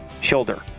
shoulder